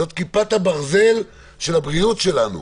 זאת כיפת הברזל של הבריאות שלנו.